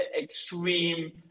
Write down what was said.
extreme